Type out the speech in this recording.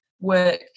work